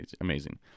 amazing